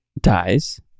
dies